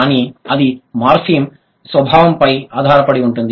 కానీ అది మార్ఫిమ్ స్వభావంపై ఆధారపడి ఉంటుంది